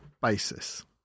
basis